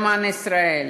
למען ישראל,